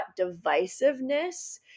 divisiveness